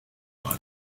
padre